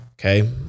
Okay